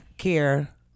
care